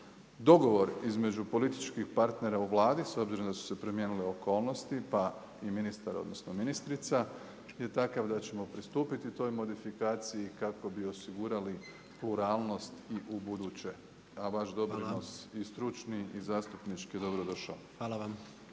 Dogovor između političkih partnera u Vladi s obzirom da su se promijenile okolnosti, pa i ministar, odnosno ministrica je takav da ćemo pristupiti toj modifikaciji kako bi osigurali pluralnost i u buduće, a vaš doprinos i stručni i zastupnički je dobro došao.